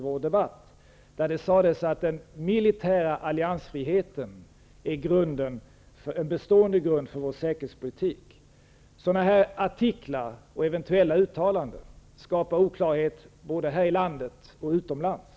Då sades det att den militära alliansfriheten är en bestående grund för vår säkerhetspolitik. Sådana artiklar och eventuella uttalanden skapar oklarhet både här i landet och utomlands.